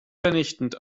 vernichtend